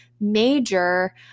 major